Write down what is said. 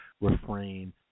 refrain